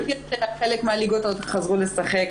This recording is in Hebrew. קודם כל נזכיר שחלק מהליגות חזרו לשחק,